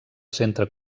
centre